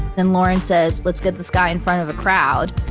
then lauren says, let's get this guy in front of a crowd.